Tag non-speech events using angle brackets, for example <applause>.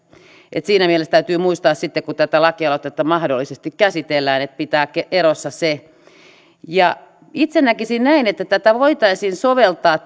että siinä mielessä täytyy muistaa sitten kun tätä lakialoitetta mahdollisesti käsitellään pitää erossa se itse näkisin että tätä edunvalvontavaltuutuslakia voitaisiin soveltaa <unintelligible>